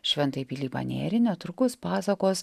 šventąjį pilypą nėrį netrukus pasakos